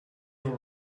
all